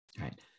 right